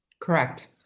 Correct